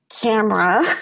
camera